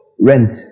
rent